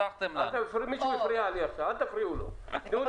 ענבר תוכל